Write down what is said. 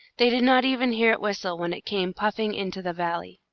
they did not even hear it whistle when it came puffing into the valley.